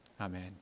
Amen